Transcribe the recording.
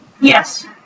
Yes